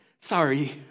sorry